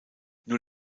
nur